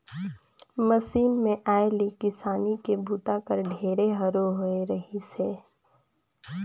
machine के आए ले किसानी के बूता हर ढेरे हरू होवे रहीस हे